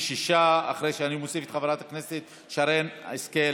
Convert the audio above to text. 66, אחרי שאני מוסיף את חברת הכנסת שרן השכל.